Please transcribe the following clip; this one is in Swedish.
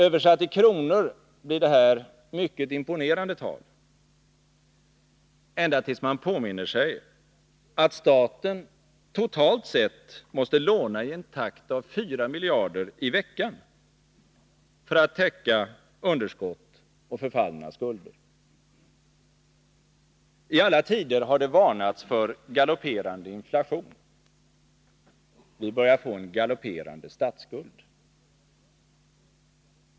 Översatt i kronor blir det här mycket imponerande tal, ända tills man påminner sig att staten totalt sett måste låna i en takt av 4 miljarder i veckan för att täcka underskott och förfallna skulder. I alla tider har det varnats för galopperande inflation. Vi börjar få en galopperande statsskuld.